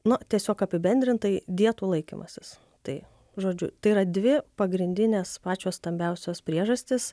nu tiesiog apibendrintai dietų laikymasis tai žodžiu tai yra dvi pagrindinės pačios stambiausios priežastys